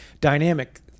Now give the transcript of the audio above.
Dynamic